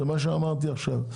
זה מה שאמרתי עכשיו.